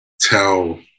tell